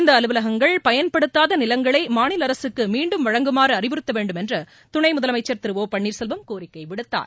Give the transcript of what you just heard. இந்த அலுவலகங்கள் பயன்படுத்தாத நிலங்களை மாநில அரசுக்கு மீண்டும் வழங்குமாறு அறிவுறுத்த வேண்டும் என்று துணை முதலமைச்சர் திரு பன்னீர்செல்வம் கோரிக்கை விடுத்தார்